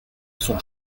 son